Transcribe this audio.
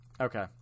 Okay